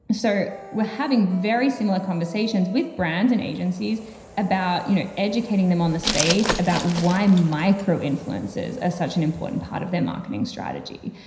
but so we're having very similar conversations with brands and agencies about you know educating them on the space about why micro influences is ah such an important part of their marketing strategy.